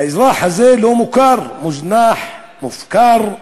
האזרח הזה לא מוכר, מוזנח, מופקר,